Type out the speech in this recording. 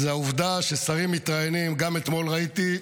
הוא העובדה ששרים שמתראיינים, גם אתמול ראיתי,